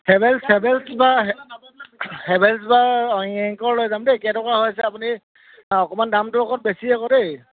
Havells Havells কিবা Havells বা Anchor লৈ যাম দেই কেই টকা হৈছে আপুনি অকণমান দামটো অকণ বেছি আকৌ দেই